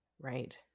Right